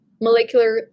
molecular